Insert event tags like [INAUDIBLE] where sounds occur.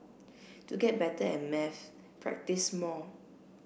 [NOISE] to get better at maths practise more